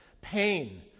pain